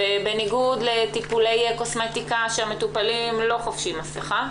בניגוד לטיפולי הקוסמטיקה שהמטופלים לא חובשים מסכה,